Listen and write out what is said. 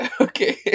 Okay